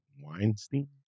Weinstein